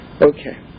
Okay